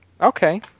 Okay